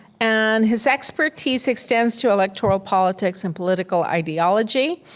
and his expertise extends to electoral politics and political ideology,